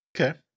Okay